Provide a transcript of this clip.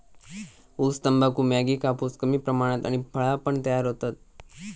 ऊस, तंबाखू, मॅगी, कापूस कमी प्रमाणात आणि फळा पण तयार होतत